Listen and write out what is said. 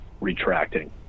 retracting